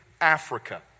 Africa